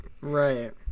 right